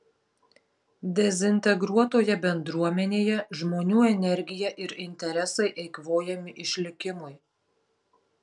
dezintegruotoje bendruomenėje žmonių energija ir interesai eikvojami išlikimui